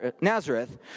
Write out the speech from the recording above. Nazareth